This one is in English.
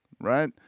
right